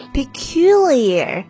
peculiar